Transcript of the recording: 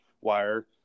wire